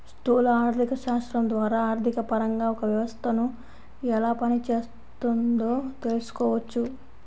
స్థూల ఆర్థికశాస్త్రం ద్వారా ఆర్థికపరంగా ఒక వ్యవస్థను ఎలా పనిచేస్తోందో తెలుసుకోవచ్చు